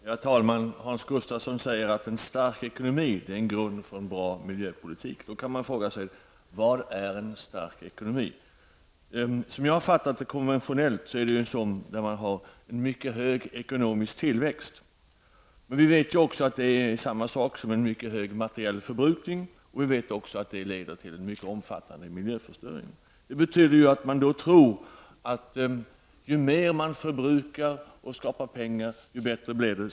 Herr talman! Hans Gustafsson säger att en stark ekonomi är grunden för en bra miljöpolitik. Vad är en stark ekonomi? Som jag förstår det är det konventionellt sett när det råder en hög ekonomisk tillväxt. Men vi vet att det också är samma sak som en mycket hög materiell förbrukning, och vi vet att det leder till en omfattande miljöförstöring. Man tror då att ju mer man förbrukar och skapar pengar, ju bättre blir det.